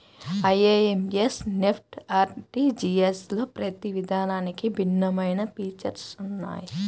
IMPS, NEFT, ఆర్టీజీయస్లలో ప్రతి విధానానికి భిన్నమైన ఫీచర్స్ ఉన్నయ్యి